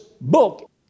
book